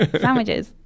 Sandwiches